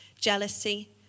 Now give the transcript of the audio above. jealousy